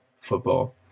football